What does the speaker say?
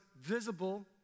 visible